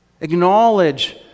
Acknowledge